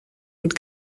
mit